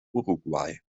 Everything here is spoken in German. uruguay